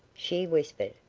she whispered,